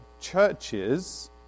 churches